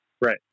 right